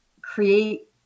create